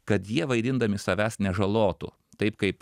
kad jie vaidindami savęs nežalotų taip kaip